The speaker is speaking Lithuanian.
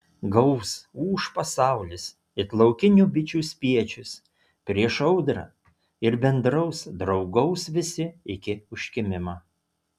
gaus ūš pasaulis it laukinių bičių spiečius prieš audrą ir bendraus draugaus visi iki užkimimo